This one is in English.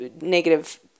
negative